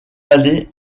allé